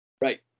right